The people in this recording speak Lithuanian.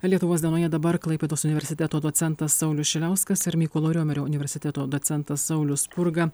lietuvos dienoje dabar klaipėdos universiteto docentas saulius šiliauskas ar mykolo riomerio universiteto docentas saulius spurga